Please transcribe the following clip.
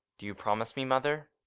do you promise me, mother?